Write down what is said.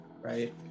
right